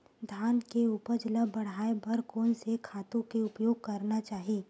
धान के उपज ल बढ़ाये बर कोन से खातु के उपयोग करना चाही?